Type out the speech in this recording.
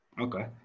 Okay